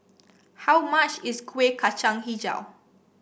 how much is Kuih Kacang hijau